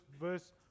verse